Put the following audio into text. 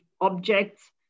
objects